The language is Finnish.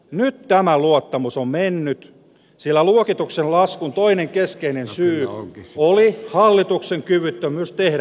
nyt tämä luottamus on mennyt sillä luokituksen lasku toinen keskeinen syy oli hallituksen kyvyttömyys tehdä